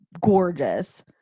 gorgeous